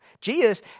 Jesus